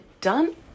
done